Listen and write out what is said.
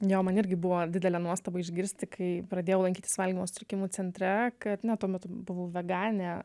jo man irgi buvo didelė nuostaba išgirsti kai pradėjau lankytis valgymo sutrikimų centre kad na tuo metu buvau veganė